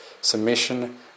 submission